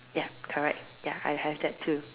ya correct ya I have that too